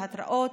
להתראות,